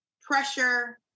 pressure